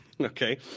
Okay